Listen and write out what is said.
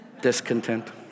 discontent